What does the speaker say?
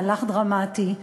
מהלך דרמטי,